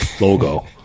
logo